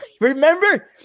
Remember